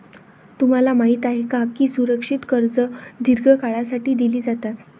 तुम्हाला माहित आहे का की सुरक्षित कर्जे दीर्घ काळासाठी दिली जातात?